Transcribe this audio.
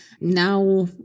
Now